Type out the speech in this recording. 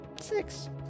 Six